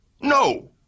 No